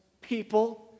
people